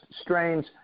strains